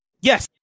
Yes